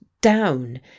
down